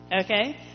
Okay